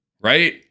Right